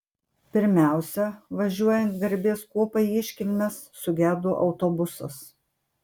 pirmiausia važiuojant garbės kuopai į iškilmes sugedo autobusas